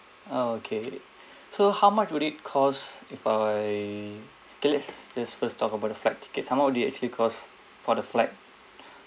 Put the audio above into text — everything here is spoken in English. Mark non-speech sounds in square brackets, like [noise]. ah okay [breath] so how much would it cost if let's let's first talk about the flight tickets how much it actually cost for the flight